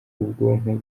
ubwonko